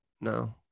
No